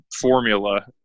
formula